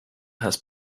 has